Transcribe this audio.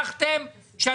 אין לי את הסכומים כרגע.